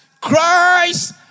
Christ